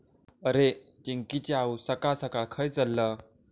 अरे, चिंकिची आऊस सकाळ सकाळ खंय चल्लं?